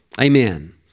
Amen